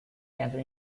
cancer